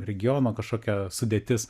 regiono kažkokią sudėtis